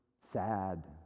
sad